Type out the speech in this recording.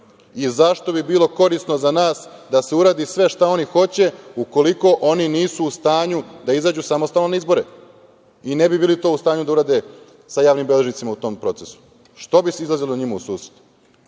bi bilo korisno za nas da se uradi sve šta oni hoće ukoliko oni nisu u stanju da izađu samostalno na izbore i ne bi bili to u stanju da urade sa javnim beležnicima u tom procesu. Što bi se izlazilo njima u susret?